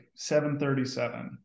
737